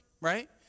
right